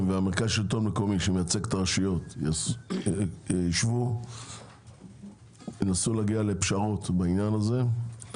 ומרכז שלטון מקומי שמייצג את הרשויות ישבו וינסו להגיע לפשרות בעניין הזה.